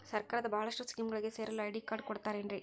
ಸರ್ಕಾರದ ಬಹಳಷ್ಟು ಸ್ಕೇಮುಗಳಿಗೆ ಸೇರಲು ಐ.ಡಿ ಕಾರ್ಡ್ ಕೊಡುತ್ತಾರೇನ್ರಿ?